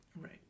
right